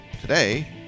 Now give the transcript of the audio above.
Today